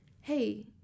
hey